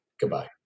Goodbye